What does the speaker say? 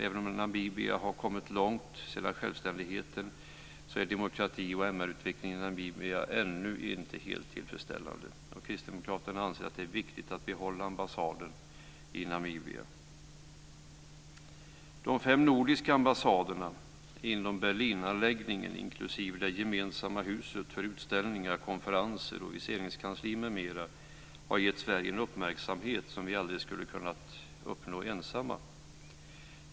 Även om Namibia har kommit långt sedan självständigheten är demokratioch MR-utvecklingen i Namibia ännu inte helt tillfredsställande. Kristdemokraterna anser att det är viktigt att behålla ambassaden i Namibia. De fem nordiska ambassaderna inom Berlinanläggningen, inklusive det gemensamma huset för utställningar, konferenser, viseringskansli m.m., har gett Sverige en uppmärksamhet som vi aldrig skulle kunnat uppnå ensamma.